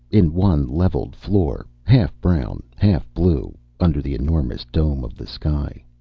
in one leveled floor half brown, half blue under the enormous dome of the sky.